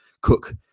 Cook